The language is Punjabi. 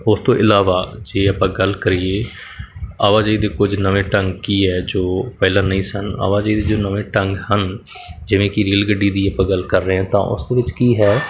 ਉਸ ਤੋਂ ਇਲਾਵਾ ਜੇ ਆਪਾਂ ਗੱਲ ਕਰੀਏ ਆਵਾਜਾਈ ਦੇ ਕੁਝ ਨਵੇਂ ਢੰਗ ਕੀ ਹੈ ਜੋ ਪਹਿਲਾਂ ਨਹੀਂ ਸਨ ਆਵਾਜਾਈ ਦੇ ਜੋ ਨਵੇਂ ਢੰਗ ਹਨ ਜਿਵੇਂ ਕਿ ਰੇਲ ਗੱਡੀ ਦੀ ਆਪਾਂ ਗੱਲ ਕਰ ਰਹੇ ਹਾਂ ਤਾਂ ਉਸ ਦੇ ਵਿੱਚ ਕੀ ਹੈ